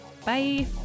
Bye